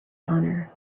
honor